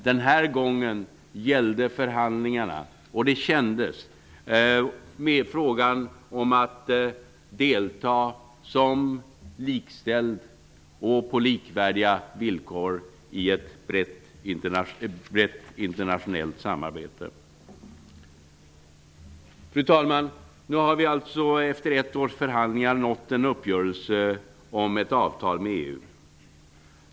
Denna gång handlade förhandlingarna mer om att delta som likställd och på likvärdiga villkor i ett brett internationellt samarbete. Det kändes! Fru talman! Efter ett års förhandlingar har vi nått en uppgörelse om ett avtal med EU.